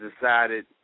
decided